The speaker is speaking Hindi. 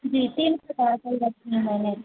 जी तीन प्रकार के रखे हैं मैंने